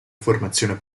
formazione